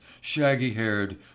shaggy-haired